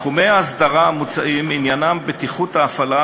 תחומי האסדרה המוצעים עניינם בטיחות ההפעלה,